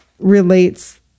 relates